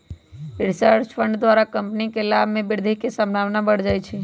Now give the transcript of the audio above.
research fund द्वारा company के लाभ में वृद्धि के संभावना बढ़ जाइ छइ